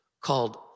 called